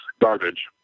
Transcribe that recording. garbage